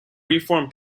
reform